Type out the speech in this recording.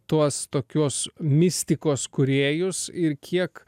tuos tokios mistikos kūrėjus ir kiek